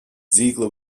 ziegler